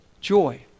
joy